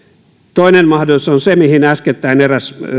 toinen mahdollisuus on se mihin äskettäin eräs